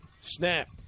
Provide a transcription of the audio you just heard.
Snap